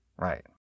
Right